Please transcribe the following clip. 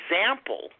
example